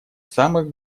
самых